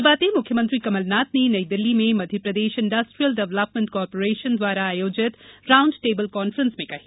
ये बातें मुख्यमंत्री कमल नाथ ने नई दिल्ली में मध्यप्रदेश इण्डस्ट्रियल डेव्हलपमेंट कॉर्पोरेशन द्वारा आयोजित राउण्ड टेबल कॉन्फ्रेंस में कहीं